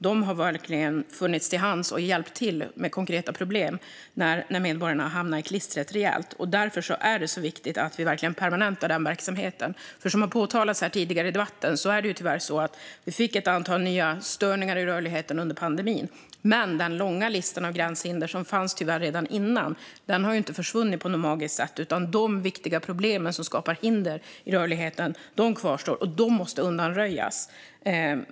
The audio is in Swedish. De har verkligen funnits till hands och hjälpt till med konkreta problem när medborgarna har hamnat i klistret rejält. Det är därför det är så viktigt att vi verkligen permanentar den verksamheten. Som har påtalats här tidigare i debatten fick vi ju dessvärre ett antal nya störningar i rörligheten under pandemin, men den långa lista av gränshinder som tyvärr fanns redan innan har ju inte försvunnit på något magiskt sätt. De viktiga problem som skapar hinder i rörligheten kvarstår, och de måste undanröjas.